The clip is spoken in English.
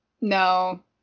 no